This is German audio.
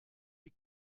die